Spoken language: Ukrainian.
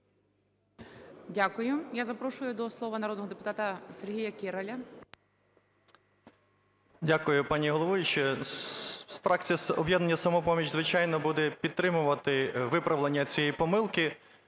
Дякую. Я запрошую до слова народного депутата Сергія Кіраля. 12:52:09 КІРАЛЬ С.І. Дякую, пані головуюча. Фракція об'єднання "Самопоміч", звичайно, буде підтримувати виправлення цієї помилки,